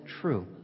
true